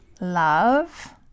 love